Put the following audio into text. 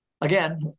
again